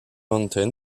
mountain